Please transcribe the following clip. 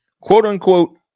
quote-unquote